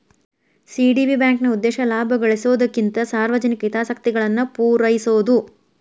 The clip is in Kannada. ಸಿ.ಡಿ.ಬಿ ಬ್ಯಾಂಕ್ನ ಉದ್ದೇಶ ಲಾಭ ಗಳಿಸೊದಕ್ಕಿಂತ ಸಾರ್ವಜನಿಕ ಹಿತಾಸಕ್ತಿಗಳನ್ನ ಪೂರೈಸೊದು